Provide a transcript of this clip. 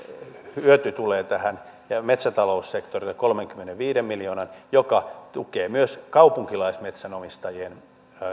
hyöty ja metsätaloussektorille kolmenkymmenenviiden miljoonan joka tukee myös kaupunkilaismetsänomistajien